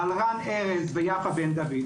על רן ארז ויפה בן דוד,